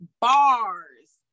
bars